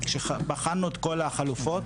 כשבחנו את כל החלופות,